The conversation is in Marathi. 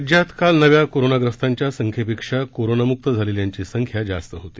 राज्यात काल नव्या कोरोनाग्रस्तांच्या संख्येपेक्षा कोरोनामुक्त झालेल्यांची संख्या जास्त होती